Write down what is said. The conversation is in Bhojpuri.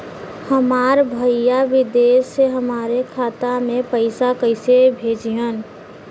हमार भईया विदेश से हमारे खाता में पैसा कैसे भेजिह्न्न?